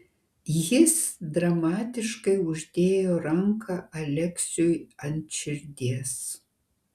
jis dramatiškai uždėjo ranką aleksiui ant širdies